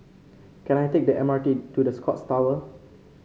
can I take the M R T to The Scotts Tower